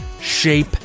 shape